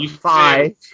Five